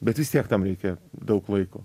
bet vis tiek tam reikia daug laiko